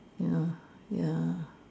ya ya